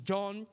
John